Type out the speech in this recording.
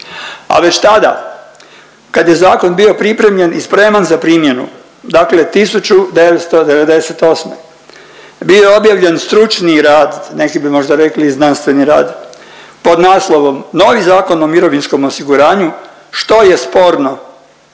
a već tada kad je zakon bio pripremljen i spreman za primjenu, dakle 1998., bio je objavljen stručni rad neki bi možda rekli i znanstveni rad pod naslovom „Novi Zakon o mirovinskom osiguranju što je sporno